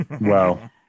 Wow